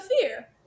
fear